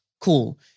Cool